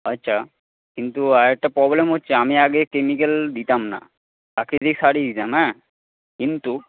আচ্ছা কিন্তু একটা প্রবলেম হচ্ছে আমি আগে কেমিকেল দিতাম না প্রাকৃতিক সারই দিতাম হ্যাঁ কিন্তু